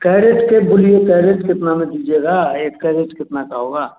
carat पे बोलिए crate कितना में दीजिएगा एक कैरेट कितना का होगा